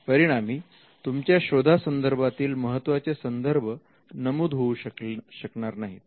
परिणामी तुमच्या शोधा संदर्भातील महत्त्वाचे संदर्भ नमूद होऊ शकणार नाहीत